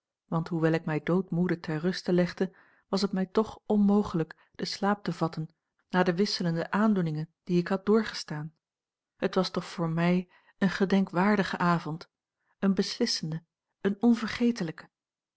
want hoewel ik mij doodmoede ter ruste legde was het mij toch onmogelijk den slaap te vatten na de wisselende aandoeningen die ik had doorgestaan het was toch voor mij een gedenkwaardige avond een beslissende een onvergetelijke